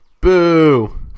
Boo